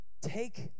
Take